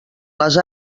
les